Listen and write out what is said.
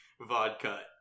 vodka